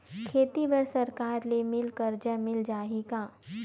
खेती बर सरकार ले मिल कर्जा मिल जाहि का?